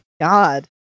God